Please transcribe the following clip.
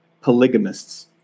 polygamists